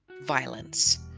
violence